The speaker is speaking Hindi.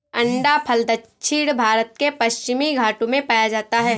अंडाफल दक्षिण भारत के पश्चिमी घाटों में पाया जाता है